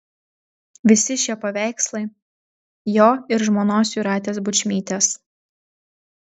visi šie paveikslai jo ir žmonos jūratės bučmytės